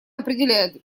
определяет